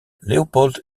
leopold